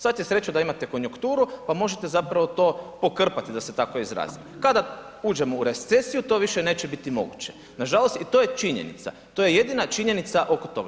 Sad je sreća da imate konjunkturu pa možete zapravo to pokrpati da se tako izrazim, kada uđemo u recesiju to više neće biti moguće, nažalost i to je činjenica, to je jedina činjenica oko toga.